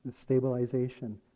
stabilization